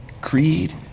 creed